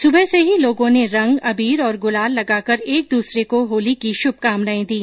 सुबह से ही लोगों ने रंग अबीर और गुलाल लगाकर एक दूसरे को होली की शुभकामनाएं दी